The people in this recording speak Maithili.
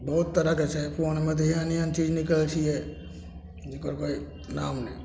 बहुत तरहके छै फोनमे तऽ एहन एहन चीज निकलै छिए जकर कोइ नाम नहि